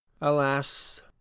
Alas